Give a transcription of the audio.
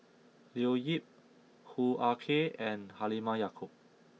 Leo Yip Hoo Ah Kay and Halimah Yacob